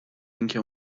اینکه